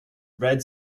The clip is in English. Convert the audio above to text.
red